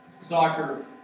Soccer